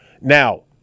Now